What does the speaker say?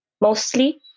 mostly